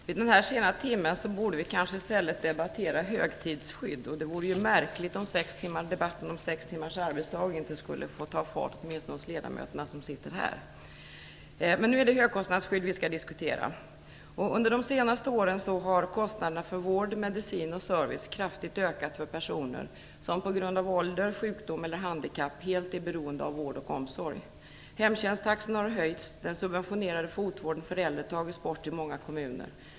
Fru talman! I den sena timmen borde vi kanske i stället debattera högtidsskydd. Det vore märkligt om debatten om sextimmarsdag inte skulle ta fart, åtminstone hos ledamöterna som sitter här. Men nu skall vi diskutera högkostnadsskydd. Under de senaste åren har kostnaderna för vård, medicin och service ökat kraftigt för personer som på grund av ålder, sjukdom eller handikapp helt är beroende av vård och omsorg. Hemtjänsttaxorna har höjts, den subventionerade fotvården för äldre tagits bort i många kommuner.